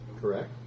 Correct